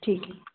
ठीक है